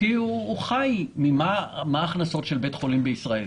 מה ההכנסות של בית חולים בישראל?